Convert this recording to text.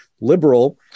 liberal